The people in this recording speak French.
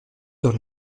dans